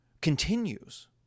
continues